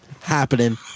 happening